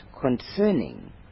concerning